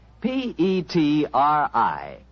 P-E-T-R-I